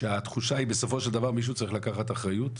כשהתחושה היא שבסופו של דבר מישהו צריך לקחת אחריות,